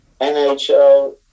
NHL